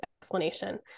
explanation